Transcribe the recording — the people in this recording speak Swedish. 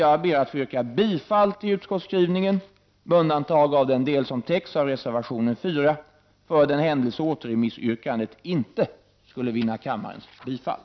Jag ber att få yrka bifall till utskottsskrivningen, med undantag av den del som täcks av reservation 4 för den händelse återremissyrkandet inte skulle vinna kammarens bifall.